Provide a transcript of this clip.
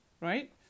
right